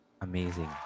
Amazing